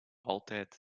altijd